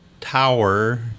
tower